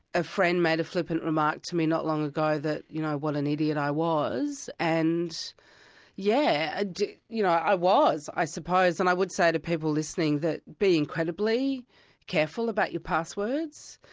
a friend made a flippant remark to me not long ago that, you know, what an idiot i was, and yeah ah yes, you know i was i suppose, and i would say to people listening that be incredibly careful about your passwords.